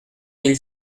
mille